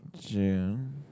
June